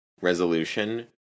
resolution